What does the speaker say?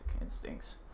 instincts